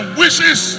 wishes